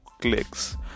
clicks